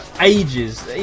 Ages